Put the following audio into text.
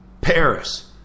Paris